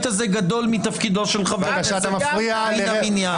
הזה גדול מתפקידו של חבר כנסת מן המניין.